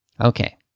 Okay